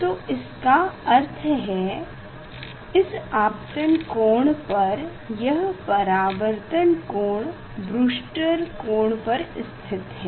तो इसका अर्थ है इस आपतन कोंण पर यह परावर्तन कोण ब्रूस्टर कोण पर स्थित है